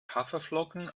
haferflocken